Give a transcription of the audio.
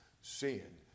Sin